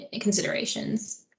considerations